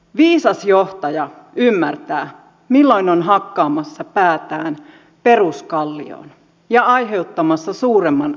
viisas johtaja ymmärtää milloin on hakkaamassa päätään peruskallioon ja aiheuttamassa suuremman ongelman